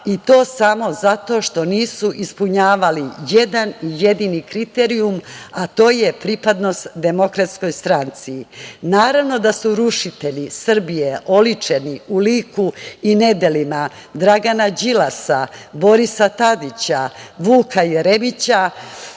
i to samo što nisu ispunjavali jedan, jedini kriterijum, a to je pripadnost Demokratskoj stranci. Naravno da su rušitelji Srbije oličeni u liku i nedelima Dragana Đilasa, Borisa Tadića, Vuka Jeremića,